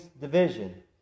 division